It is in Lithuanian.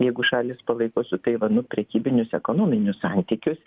jeigu šalys palaiko su taivanu prekybinius ekonominius santykius